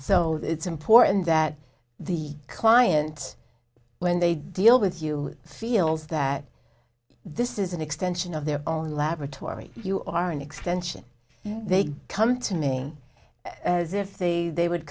so it's important that the client when they deal with you feels that this is an extension of their own laboratory you are an extension they come to me as if the they would